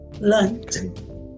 learned